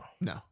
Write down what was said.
No